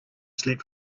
slept